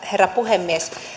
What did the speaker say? herra puhemies